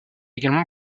également